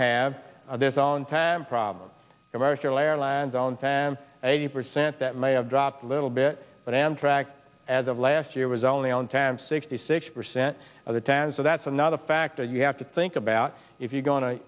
have this on time problems of our fuel airlines own time eighty percent that may have dropped a little bit but amtrak as of last year was only on time sixty six percent of the tan so that's another factor you have to think about if you go on a